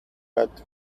but